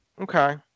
Okay